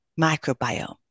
microbiome